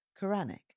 Quranic